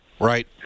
Right